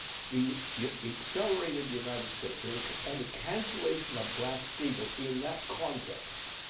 the the accelerated united states and and the cancellation of glass-steagall in that context,